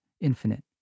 infinite